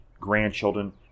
grandchildren